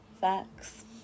Facts